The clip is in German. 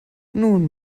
nun